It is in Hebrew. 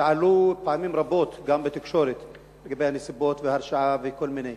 שעלו פעמים רבות גם בתקשורת לגבי הנסיבות וההרשעה וכל מיני,